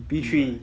B three